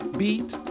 beat